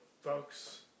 Folks